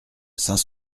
saint